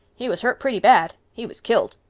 he was hurt pretty bad. he was killed.